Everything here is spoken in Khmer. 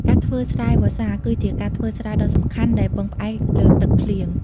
ការធ្វើស្រែវស្សា គឺជាការធ្វើស្រែដ៏សំខាន់ដែលពឹងផ្អែកលើទឹកភ្លៀង។